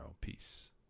Peace